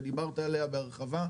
ודיברת עליה בהרחבה,